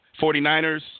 49ers